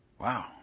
Wow